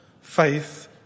faith